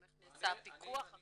גם איך נעשה הפיקוח אחרי התקציב.